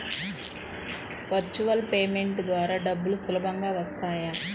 Virtual payment ద్వారా డబ్బులు సులభంగా వస్తాయా?